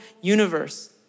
universe